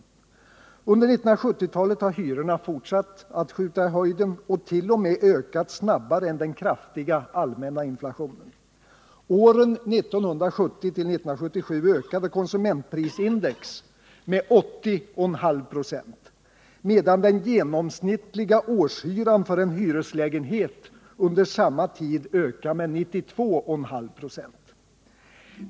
Under 1970-talet har hyrorna fortsatt att skjuta i höjden och t.o.m. ökat snabbare än den kraftiga allmänna 26 oktöber 1978: — med 92,56.